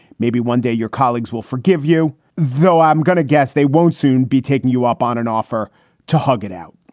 maybe one day your colleagues will forgive you, though. i'm going to guess they won't soon be taking you up on an offer to hug it out.